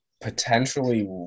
potentially